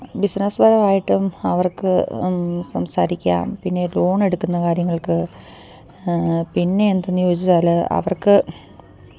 business പരമായിട്ടും അവർക്ക് സംസാരിക്കാം പിന്നെ ലോണെടുക്കുന്ന കാര്യങ്ങൾക്ക് പിന്നെ എന്താണെന്ന് ചോദിച്ചാല് അവർക്ക്